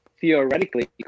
Theoretically